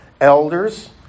elders